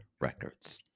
Records